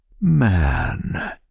Man